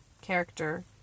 character